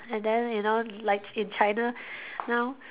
and then you know like in China now